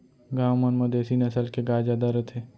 गॉँव मन म देसी नसल के गाय जादा रथे